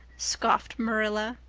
scoffed marilla.